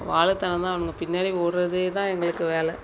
வாலுத்தனம் தான் அவனுங்க பின்னாடி ஓடுறதே தான் எங்களுக்கு வேலை